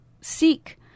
seek